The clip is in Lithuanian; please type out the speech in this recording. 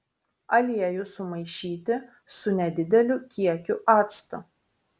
aliejų sumaišyti su nedideliu kiekiu acto